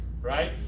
right